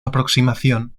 aproximación